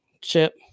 chip